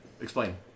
explain